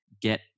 get